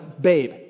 babe